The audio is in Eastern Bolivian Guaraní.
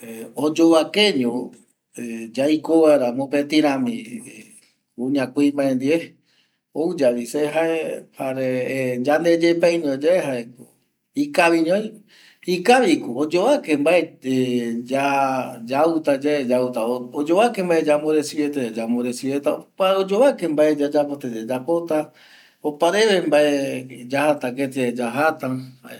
﻿Oyovakeño yaiko vaera mopeti rami kuña kuimbae ndie ouyave se jae yande yepeiñoyae jaeko ikaviñoi ikaviko oyovake vae ya yautayae oyovake mbae yamboresiveta yae yamboresiveta oyovake mbae yayapota yae mbae yayapota opareve mbae yajata keti yae yajata